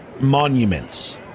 monuments